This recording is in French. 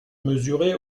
mesuré